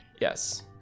Yes